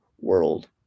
world